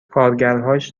کارگرهاش